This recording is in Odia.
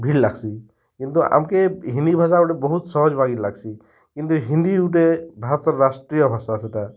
ଭିଡ଼୍ ଲାଗ୍ସି କିନ୍ତୁ ଆମ୍କେ ହିନ୍ଦୀ ଭାଷା ଗୋଟେ ବହୁତ ସହଜ ବାଗିର ଲାଗ୍ସି କିନ୍ତୁ ହିନ୍ଦୀ ଗୁଟେ ଭାରତର ରାଷ୍ଟ୍ରୀୟ ଭାଷା ସେଟା